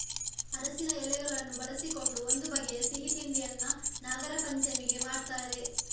ಅರಸಿನ ಎಲೆಗಳನ್ನು ಬಳಸಿಕೊಂಡು ಒಂದು ಬಗೆಯ ಸಿಹಿ ತಿಂಡಿಯನ್ನ ನಾಗರಪಂಚಮಿಗೆ ಮಾಡ್ತಾರೆ